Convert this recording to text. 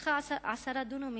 ששטחה 10 דונמים,